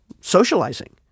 socializing